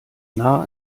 nah